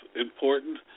important